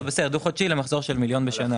דו-חודשי למחזור של מיליון שקל בשנה.